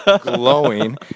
glowing